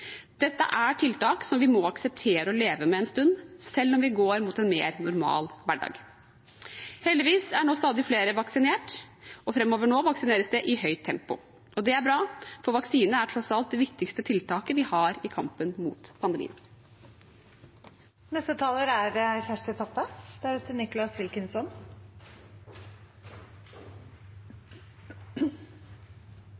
Dette er tiltak som vi må akseptere å leve med en stund, selv når vi går mot en mer normal hverdag. Heldigvis er nå stadig flere vaksinert, og framover nå vaksineres det i høyt tempo. Det er bra, for vaksine er tross alt det viktigste tiltaket vi har i kampen mot pandemien. Karantene og isolering er